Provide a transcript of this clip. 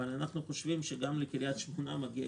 אבל אנחנו חושבים שגם לקריית שמונה מגיעה